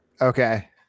Okay